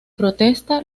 protesta